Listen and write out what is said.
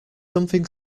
something